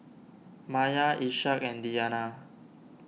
Maya Ishak and Diyana